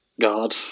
God